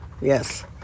yes